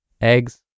eggs